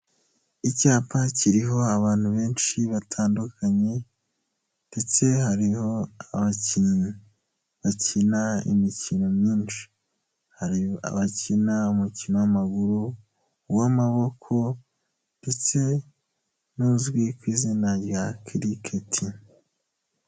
Icyapa kiriho abantu benshi batandukanye ndetse hariho abakinnyi bakina imikino myinshi. Hari abakina umukino w'amaguru, uw'amaboko ndetse n'uzwi ku izina rya kiriketi.